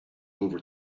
over